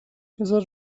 بذار